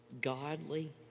godly